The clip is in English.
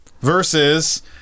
versus